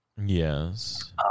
yes